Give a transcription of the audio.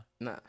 Nah